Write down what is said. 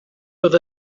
oedd